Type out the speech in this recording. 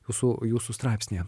jūsų jūsų straipsnio